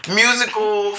musical